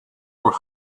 were